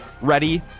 ready